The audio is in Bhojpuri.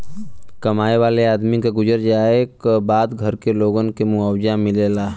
कमाए वाले आदमी क गुजर जाए क बाद घर के लोगन के मुआवजा मिलेला